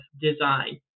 design